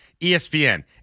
ESPN